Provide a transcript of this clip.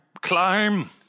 Climb